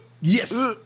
yes